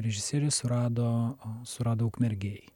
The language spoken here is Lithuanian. režisierius surado surado ukmergėj